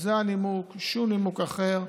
זה הנימוק, שום נימוק אחר.